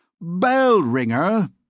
Bell-ringer